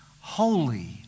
holy